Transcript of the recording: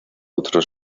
otros